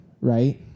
right